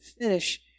finish